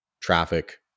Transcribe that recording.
traffic